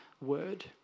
word